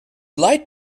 lied